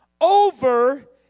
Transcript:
over